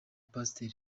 pasteur